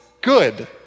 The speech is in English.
good